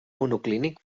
monoclínic